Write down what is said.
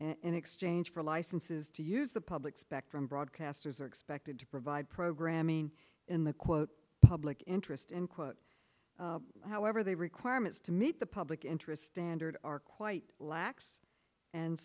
in exchange for licenses to use the public spectrum broadcasters are expected to provide programming in the quote public interest end quote however the requirements to meet the public interest standard are quite lax and